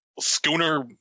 schooner